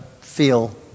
feel